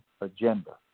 agenda